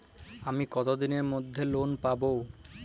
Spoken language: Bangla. আমি কতদিনের মধ্যে লোন পাব?